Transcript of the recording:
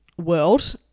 world